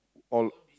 all